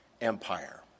Empire